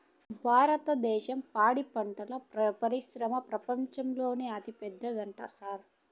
భారద్దేశం పాడి పరిశ్రమల ప్రపంచంలోనే అతిపెద్దదంట సారూ